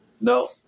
no